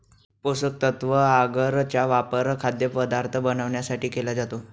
पोषकतत्व आगर चा वापर खाद्यपदार्थ बनवण्यासाठी केला जातो